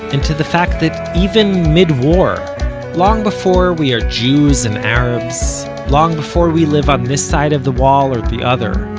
and to the fact that even mid-war long before we are jews and arabs, long before we live on this side of the wall or the other,